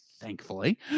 Thankfully